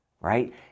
right